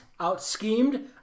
outschemed